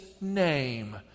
name